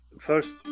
first